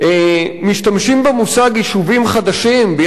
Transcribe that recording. משתמשים במושג יישובים חדשים ביחס